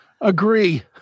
agree